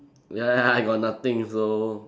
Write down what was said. ya ya ya I got nothing so